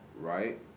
right